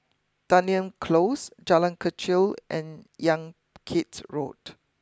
Dunearn close Jalan Kechil and Yan Kit Road